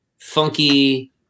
funky